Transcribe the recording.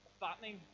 fattening